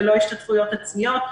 ללא השתתפויות עצמיות,